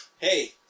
hey